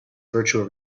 virtual